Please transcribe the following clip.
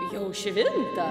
jau švinta